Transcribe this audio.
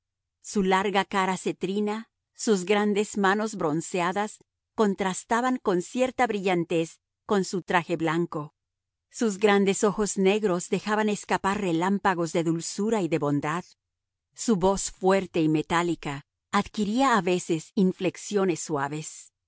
su larga cara cetrina sus grandes manos bronceadas contrastaban con cierta brillantez con su traje blanco sus grandes ojos negros dejaban escapar relámpagos de dulzura y de bondad su voz fuerte y metálica adquiría a veces inflexiones suaves